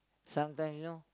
sometimes you know